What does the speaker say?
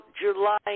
July